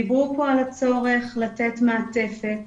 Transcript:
דיברו פה על הצורך לתת מעטפת